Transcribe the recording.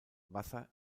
wasser